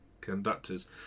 conductors